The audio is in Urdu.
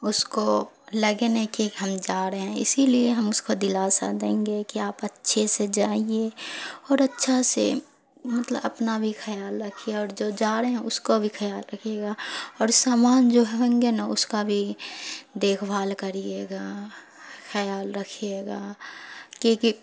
اس کو لگے نہیں کہ ہم جا رہے ہیں اسی لیے ہم اس کو دلاسا دیں گے کہ آپ اچھے سے جائیے اور اچھا سے مطلب اپنا بھی خیال رکھیے اور جو جا رہے ہیں اس کو بھی خیال رکھیے گا اور سامان جو ہوں گے نا اس کا بھی دیکھ بھال کریے گا خیال رکھیے گا کیونکہ